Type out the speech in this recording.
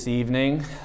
evening